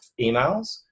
emails